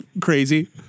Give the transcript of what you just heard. crazy